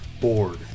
bored